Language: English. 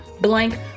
blank